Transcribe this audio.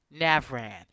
Navran